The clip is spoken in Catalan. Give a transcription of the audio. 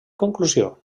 conclusió